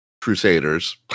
Crusaders